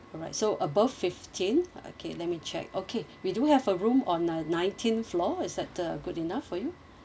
alright so above fifteen okay let me check okay we do have a room on uh nineteenth floor is that the good enough for you